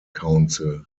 council